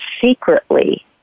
secretly